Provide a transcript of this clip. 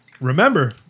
Remember